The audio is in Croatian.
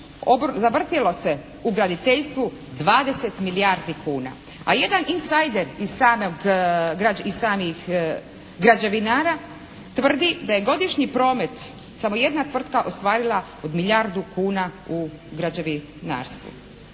zavrtjelo se u graditeljstvu 20 milijardi kuna. A jedan insider iz samog, iz samih građevinara tvrdi da je godišnji promet samo jedna tvrtka ostvarila od milijardu kuna u građevinarstvu.